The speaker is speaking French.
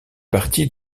partie